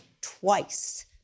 twice